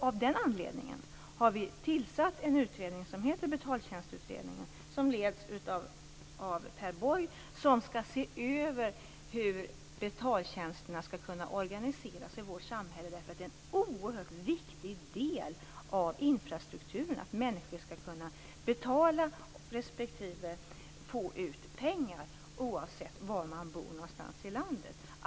Av den anledningen har vi tillsatt en utredning som heter Betaltjänstutredningen, under ledning av Per Borg, som skall se över hur betaltjänsterna skall kunna organiseras i vårt samhälle. Det är nämligen en oerhört viktig del av infrastrukturen att människor skall kunna betala respektive få ut pengar oavsett var någonstans i landet de bor.